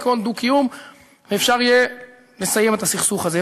ייכון דו-קיום ואפשר יהיה לסיים את הסכסוך הזה.